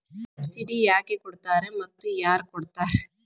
Subsidy ಯಾಕೆ ಕೊಡ್ತಾರ ಮತ್ತು ಯಾರ್ ಕೊಡ್ತಾರ್?